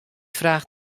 fraach